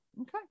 Okay